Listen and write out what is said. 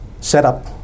setup